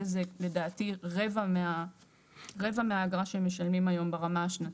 ולדעתי זה רבע מהאגרה שהם משלמים היום ברמה השנתית.